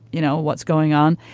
you know, what's going on.